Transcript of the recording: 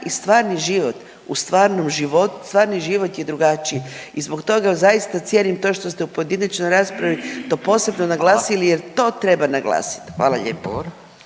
i stvarni život. U stvarnom životu, stvarni život je drugačiji i zbog toga evo, zaista cijenim to što ste u pojedinačnoj raspravi to posebno naglasili jer to treba naglasiti. .../Upadica: